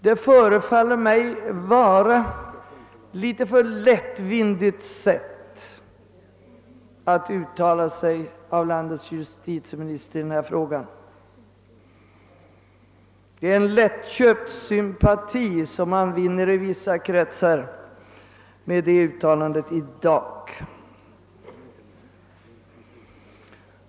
Det förefaller mig vara ett alltför lättvindigt sätt av landets justitieminister att uttala sig så i denna sak. Han vinner en lättköpt sympati i vissa kretsar med ett sådant uttalande.